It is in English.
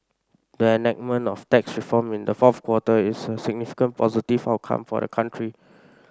the enactment of tax reform in the fourth quarter is a significant positive outcome for the country